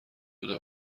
بوده